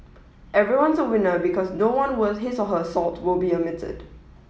everyone's a winner because no one worth his or her salt will be omitted